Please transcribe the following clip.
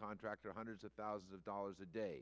contractor hundreds of thousands of dollars a day